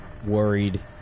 Worried